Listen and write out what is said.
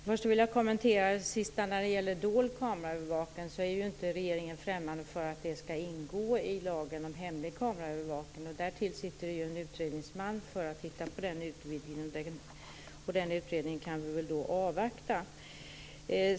Herr talman! Först vill jag kommentera det sista. Regeringen är inte främmande för att dold kameraövervakning skall ingå i lagen om hemlig kameraövervakning. Därtill sitter det en utredningsman som skall titta på en utvidgning, och den utredningen kan vi väl avvakta.